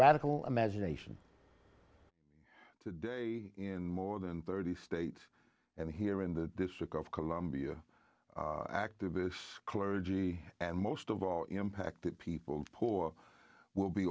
radical imagination today in more than thirty states and here in the district of columbia activists clergy and most of all impacted people poor will be